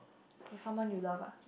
for someone you love ah